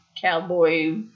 cowboy